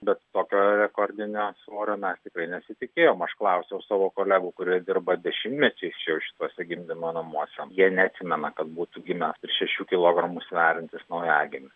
bet tokio rekordinio svorio mes tikrai nesitikėjom aš klausiau savo kolegų kurie dirba dešimtmečiais čia jau šituose gimdymo namuose jie neatsimena kad būtų gimęs virš šešių kilogramus sveriantis naujagimis